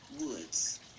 Woods